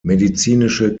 medizinische